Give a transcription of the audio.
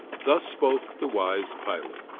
thus spoke the wise pilot,